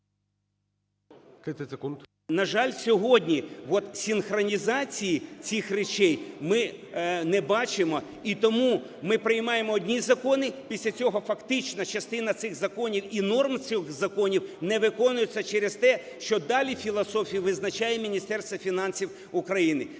На жаль, сьогодні от синхронізації цих речей ми не бачимо. І тому ми приймаємо одні закони, після цього фактично частина цих законів і норм цих законів не виконується через те, що далі філософію визначає Міністерство фінансів України.